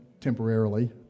temporarily